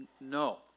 no